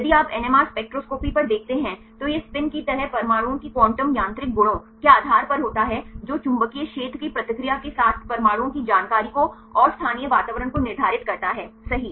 यदि आप NMR spectroscopy पर देखते हैं तो यह स्पिन की तरह परमाणुओं की क्वांटम यांत्रिक गुणों के आधार पर होता है जो चुंबकीय क्षेत्र की प्रतिक्रिया के साथ परमाणुओं की जानकारी को और स्थानीय वातावरण को निर्धारित करता है सही